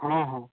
हँ हँ